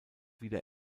wieder